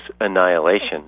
annihilation